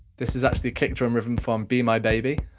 this is actually kick drum rhythm from be my baby.